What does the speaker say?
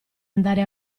andare